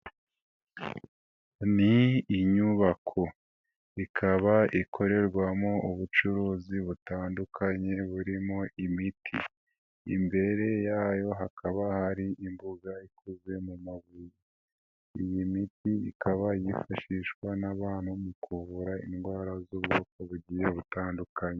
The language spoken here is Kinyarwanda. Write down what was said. Ni inyubako, ikaba ikorerwamo ubucuruzi butandukanye burimo imiti, imbere yayo hakaba hari imbuga ikozwe mu mabuye, iyi miti ikaba yifashishwa n'abantu mu kuvura indwara z'ubwoko bugiye butandukanye.